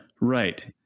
Right